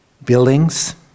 buildings